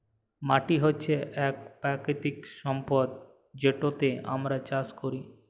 মাটি হছে ইক পাকিতিক সম্পদ যেটতে আমরা চাষ ক্যরি